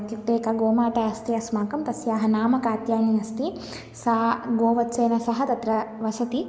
इत्युक्ते क गोमाता अस्ति अस्माकं तस्याः नाम कात्यायिनि अस्ति सा गोवत्सेन सह तत्र वसति